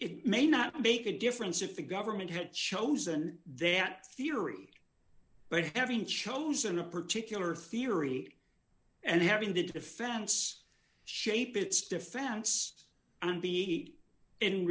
it may not make a difference if the government had chosen they at theory but having chosen a particular theory and having the defense shape its defense and be in